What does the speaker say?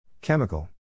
Chemical